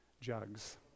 jugs